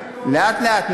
לאט-לאט.